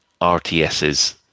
RTSs